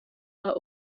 are